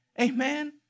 Amen